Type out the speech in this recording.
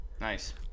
Nice